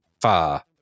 far